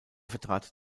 vertrat